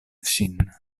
ŝin